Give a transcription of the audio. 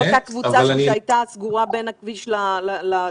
אותה קבוצה שהייתה סגורה בין הכביש לגדר.